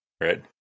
Right